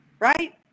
right